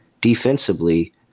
defensively